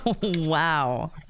Wow